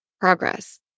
progress